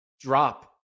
drop